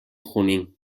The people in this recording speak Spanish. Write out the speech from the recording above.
junín